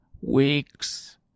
weeks